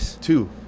two